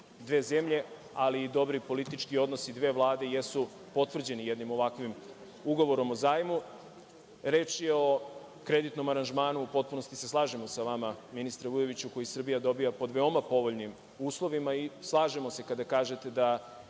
dve zemlje, ali i dobri politički odnosi dve Vlade, jesu potvrđeni jednim ovakvim ugovorom o zajmu. Reč je o kreditnom aranžmanu, u potpunosti se slažemo sa vama ministre Vujoviću, koji Srbija dobija pod veoma povoljnim uslovima i slažemo se kada kažete da